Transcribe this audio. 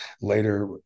later